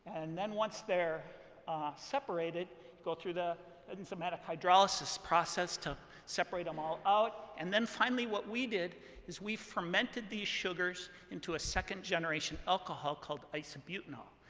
and then once they're ah separated, you go through the enzymatic hydrolysis process to separate them all out. and then, finally, what we did is we fermented these sugars into a second-generation alcohol called isobutanol.